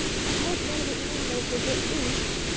i hope none of the animals will get loose.